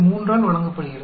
3 ஆல் வழங்கப்படுகிறது